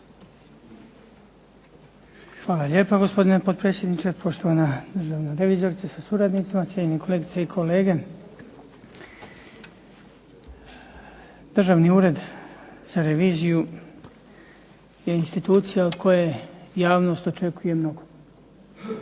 Hvala lijepo gospodine potpredsjedniče. Poštovana državna revizorice sa suradnicima, cijenjeni kolegice i kolege. Državni ured za reviziju je institucija od koje javnost očekuje mnogo.